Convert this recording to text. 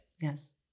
Yes